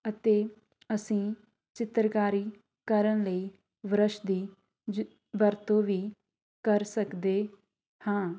ਅਤੇ ਅਸੀਂ ਚਿੱਤਰਕਾਰੀ ਕਰਨ ਲਈ ਬਰੱਸ਼ ਦੀ ਜ ਵਰਤੋਂ ਵੀ ਕਰ ਸਕਦੇ ਹਾਂ